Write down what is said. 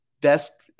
best